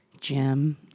Jim